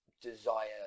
desire